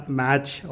match